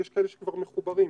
יש כאלה שכבר מחוברים,